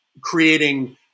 creating